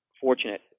fortunate